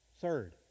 third